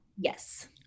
Yes